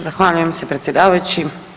Zahvaljujem se, predsjedavajući.